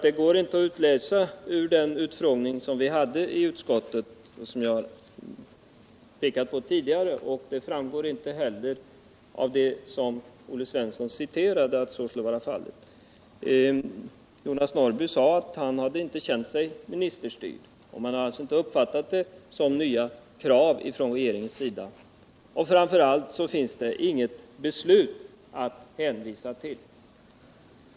Det går inte att utläsa ur protokollet från den utfrågning vi hade i utskottet och inte heller av det som Olle Svensson citerade att så skulle vara fallet. Jonas Norrby sade att han inte känt sig ministerstyrd — han hade alltså inte uppfattat detta som nya krav från regeringens sida. Framför allt finns det inget beslut att hänvisa till.